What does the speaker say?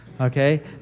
okay